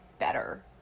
better